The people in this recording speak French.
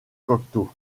cocteau